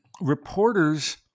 reporters